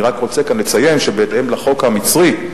אני רק רוצה לציין כאן שבהתאם לחוק המצרי,